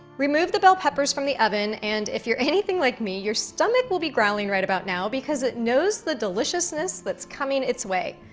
remove the bell peppers from the oven, and if you're anything like me, your stomach will be growling right about now because it knows the deliciousness that's coming its way.